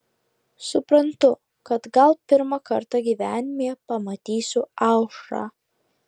suprantu kad gal pirmą kartą gyvenime pamatysiu aušrą